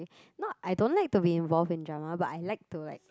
not I don't like to be involve in drama but I like to like